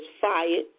fired